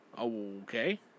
Okay